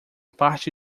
parte